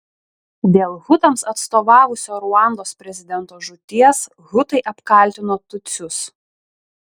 dėl hutams atstovavusio ruandos prezidento žūties hutai apkaltino tutsius